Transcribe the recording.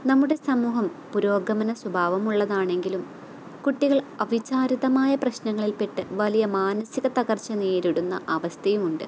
നമ്മുടെ സമൂഹം പുരോഗമന സ്വഭാവം ഉള്ളതാണെങ്കിലും കുട്ടികൾ അവിചാരിതമായ പ്രശ്നങ്ങളിൽ പെട്ട് വലിയ മാനസിക തകർച്ച നേരിടുന്ന അവസ്ഥയുമുണ്ട്